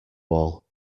all